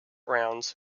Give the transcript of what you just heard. rounds